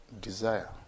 Desire